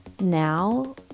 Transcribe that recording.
now